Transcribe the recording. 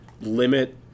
limit